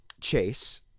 Chase